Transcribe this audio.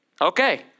Okay